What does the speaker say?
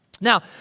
Now